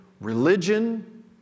religion